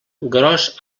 gros